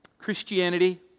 Christianity